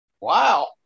Wow